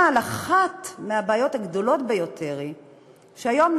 אבל אחת מהבעיות הגדולות ביותר היא שהיום,